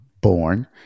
born